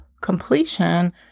completion